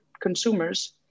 consumers